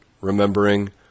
remembering